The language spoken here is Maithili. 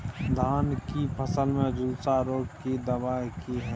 धान की फसल में झुलसा रोग की दबाय की हय?